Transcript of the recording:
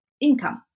income